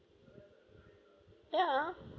yeah